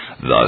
THUS